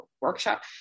workshop